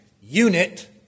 unit